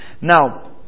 Now